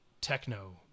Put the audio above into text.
techno